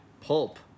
Pulp